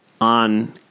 on